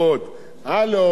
שר האוצר,